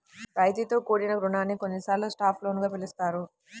రాయితీతో కూడిన రుణాన్ని కొన్నిసార్లు సాఫ్ట్ లోన్ గా పిలుస్తారు